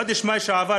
בחודש מאי שעבר,